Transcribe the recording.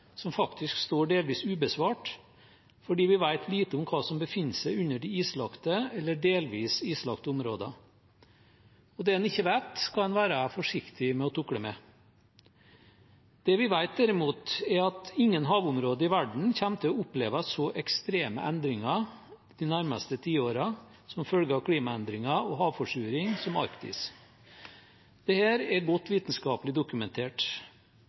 som faktisk står delvis ubesvart fordi vi vet lite om hva som befinner seg under de islagte eller delvis islagte områdene. Det en ikke vet, skal en være forsiktig med å tukle med. Det vi vet, derimot, er at ingen havområder i verden kommer til å oppleve så ekstreme endringer de nærmeste tiårene som følge av klimaendringer og havforsuring som Arktis. Dette er godt vitenskapelig dokumentert.